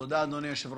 אדוני היושב-ראש,